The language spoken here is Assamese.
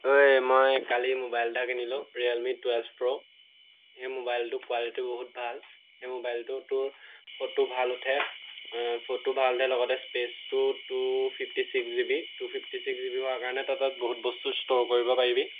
ঔ মই কালি মোবাইল এটা কিনিলোঁ ৰিয়েলমি টুৱেল্ভ প্ৰ' সেই মোবাইলটোৰ কোৱালিটি বহুত ভাল সেই মোবাইলটোত ফটো ভাল উঠে ফটো ভাল উঠে লগতে স্পেচটো two fifty six G B two fifty six G B হোৱাৰ কাৰণে তই তাত বহুত বস্তু ষ্ট'ৰ কৰিব পাৰিবি